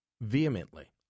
vehemently